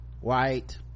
white